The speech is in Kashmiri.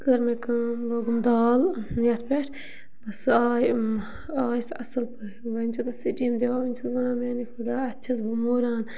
کٔر مےٚ کٲم لوگُم دال یتھ پٮ۪ٹھ بَس سُہ آے آے سُہ اَصٕل پٲٹھۍ وۄنۍ چھِ تَتھ سِٹیٖم دِوان وٕنۍ چھَس بہٕ وَنان میٛانہِ خۄدایہ اَتھٕ چھَس بہٕ موٗران